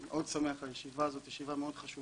אני מאוד שמח על הישיבה הזאת, ישיבה מאוד חשובה.